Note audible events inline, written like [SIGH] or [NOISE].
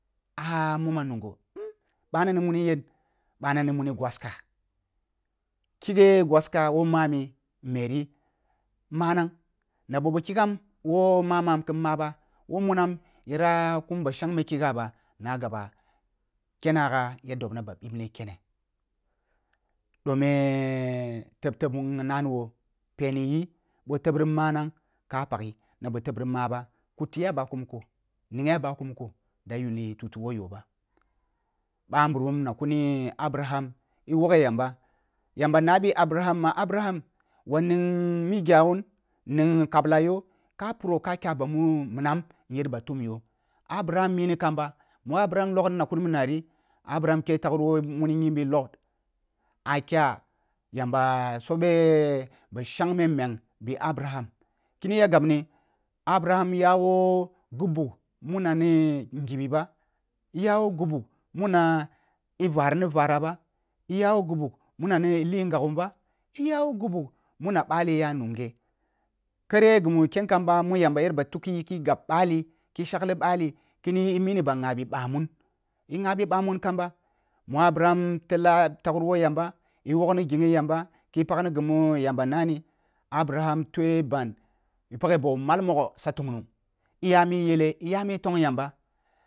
[HESITATION] moma nungho bani ni muni yen ɓana ni muni gunaska khighe gwaska woh mami meri manang na ɓoh ɓoh kigam woh mamam ki maba woh munam ya kumna ba shengme kigha ba na gaba kenagha ya dobna ba bibne kene dome teb-teb mu nani boh peni yi boh teb n manang ke paghi na boh teb ri maba kutiyi ah bako muko ninghi ah bako muko da yuniyi tufu woh yoh ba ɓahnburum na kuni braham i woghe yamba – jamba na bhi abraham ma abraham wa ning mih gyamun ning kabla yo ka pure ka kya ba mu minam nyer ba fum you abrahama mini kamba mu abraham logni mini nari abraham khen ta wuru woh muni nyimbi lot ah kya yamba subeh ba shangme meng a wum abraham kini ji ah gabni abraham yawo ghi bug muna ni nghibi bah iya woh ghi bug muno i rari ni vara ba iya woh ghi bug muna l li ngagum ba iya woh ghi bug muna bal ya nunghe kere ghi mu ken kamba mu yamba yer ba tikhi yi ki gab ball ki shagli bali ki ni i mini ba ngha bi ɓamun i ngha bi ɓamun kamba mu abraham tella ta wuru woh yamba i wogni ghinho yamba ki pagni ghi mu yamba i wogni ghinho yamba ki pagni ghi mu yamba nani abraham tue ban i pageh beh mal mogon sa tungnung iya me yele iya mi tong yamba.